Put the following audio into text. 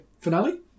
finale